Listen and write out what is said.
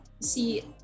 see